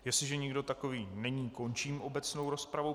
Jestliže nikdo takový není, končím obecnou rozpravu.